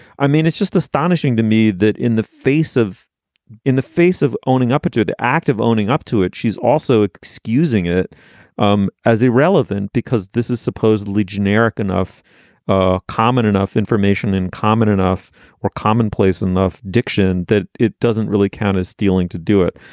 i mean, it's just astonishing to me that in the face of in the face of owning up to the act, of owning up to it, she's also excusing it um as irrelevant because this is supposedly generic enough ah common enough information in common enough or commonplace enough diction that it doesn't really count as stealing to do it,